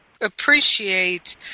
appreciate